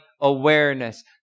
awareness